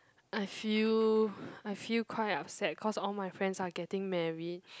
I feel I feel quite upset cause all my friends are getting married